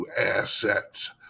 assets